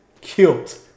killed